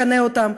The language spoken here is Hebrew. שיכנה אותם,